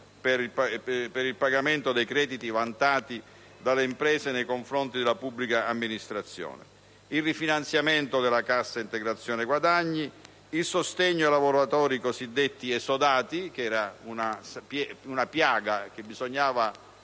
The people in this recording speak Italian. per il pagamento dei crediti vantati dalle imprese nei confronti della pubblica amministrazione, il rifinanziamento della cassa integrazione guadagni, il sostegno ai lavoratori cosiddetti esodati (una piaga che bisognava